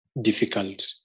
difficult